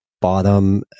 bottom